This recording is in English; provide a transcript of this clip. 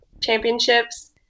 championships